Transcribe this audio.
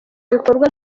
ibikorwa